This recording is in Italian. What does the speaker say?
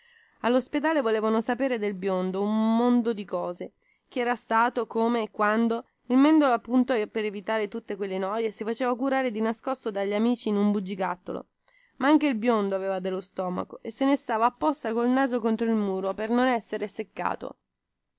allospedale volevano sapere dal biondo un mondo di cose chi era stato come e quando il mendola appunto per evitare tutte quelle noie si faceva curare di nascosto dagli amici in un bugigattolo ma anche il biondo aveva dello stomaco e se ne stava apposta col naso contro il muro per non essere seccato